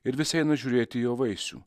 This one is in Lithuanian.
ir vis eina žiūrėti jo vaisių